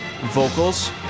vocals